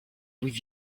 with